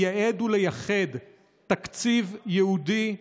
לייעד ולייחד תקציב ייעודי,